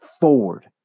forward